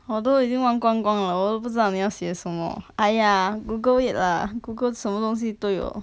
although 已经忘光光了我不知道你要写什么 !aiya! google it lah google 什么东西都有